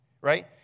right